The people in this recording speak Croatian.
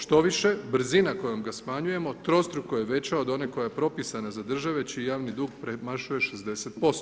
Štoviše, brzina kojom ga smanjujemo trostruko je veća od one koja je propisana za države čiji javni dug premašuje 60%